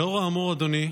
לאור האמור, אדוני,